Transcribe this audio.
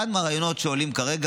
אחד מהרעיונות שעולים כרגע,